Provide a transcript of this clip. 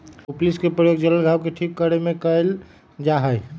propolis के प्रयोग जल्ल घाव के ठीक करे में कइल जाहई